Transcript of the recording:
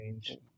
change